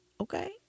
Okay